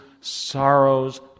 sorrows